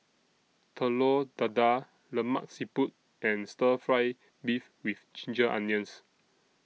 Telur Dadah Lemak Siput and Stir Fry Beef with Ginger Onions